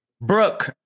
Brooke